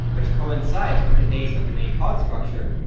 which coincides with the base of the main pod structure,